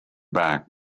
back